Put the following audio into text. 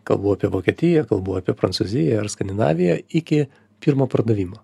kalbu apie vokietiją kalbu apie prancūziją ar skandinaviją iki pirmo pardavimo